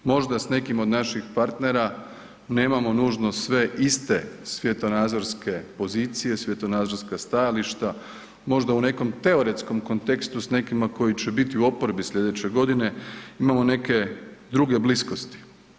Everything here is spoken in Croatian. Možda s nekim od naših partnera nemamo nužno sve iste svjetonazorske pozicije, svjetonazorska stajališta, možda u nekom teoretskom kontekstu s nekima koji će biti u oporbi sljedeće godine imamo neke druge bliskosti.